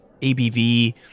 ABV